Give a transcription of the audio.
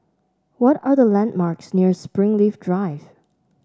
what are the landmarks near Springleaf Drive